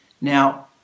Now